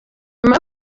nyuma